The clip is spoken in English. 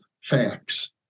facts